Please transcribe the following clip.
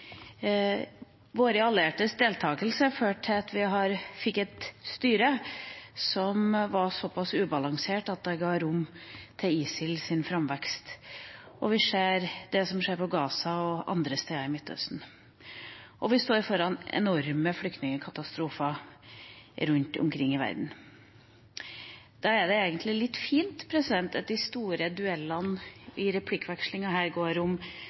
våre alliertes deltakelse ført til at de fikk et styre som var så pass ubalansert at det ga rom for ISILs framvekst, vi ser hva som skjer på Gaza og andre steder i Midtøsten, og vi står foran enorme flyktningkatastrofer rundt omkring i verden. Da er det egentlig litt fint at de store duellene i replikkvekslinga her går om